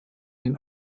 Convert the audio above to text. den